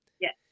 Yes